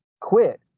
quit